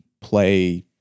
play